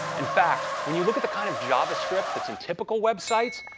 in fact, when you look at the kind of javascript that's in typical websites,